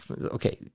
okay